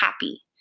happy